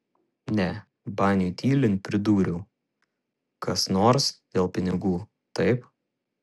ne baniui tylint pridūriau kas nors dėl pinigų taip